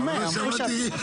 מדהים.